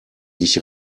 ich